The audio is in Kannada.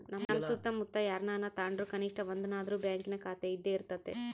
ನಮ್ಮ ಸುತ್ತಮುತ್ತ ಯಾರನನ ತಾಂಡ್ರು ಕನಿಷ್ಟ ಒಂದನಾದ್ರು ಬ್ಯಾಂಕಿನ ಖಾತೆಯಿದ್ದೇ ಇರರ್ತತೆ